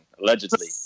allegedly